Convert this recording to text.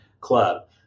club